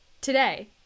Today